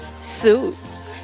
Suits